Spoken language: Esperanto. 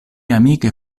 amike